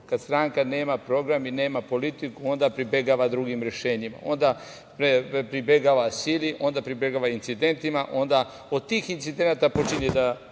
Kad stranka nema program i nema politiku onda pribegava drugim rešenjima, onda pribegava sili, onda pribegava incidentima, onda od tih incidenata počinju da